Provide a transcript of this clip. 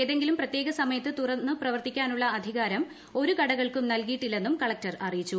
ഏതെങ്കിലും പ്രത്യേക സ്മയത്ത് തുറന്ന് പ്രവർത്തിക്കുവാനുള്ള അധികാരം ഒരു കടകൾക്കും നൽകിയിട്ടില്ലെന്നും കളക്ടർ അറിയിച്ചു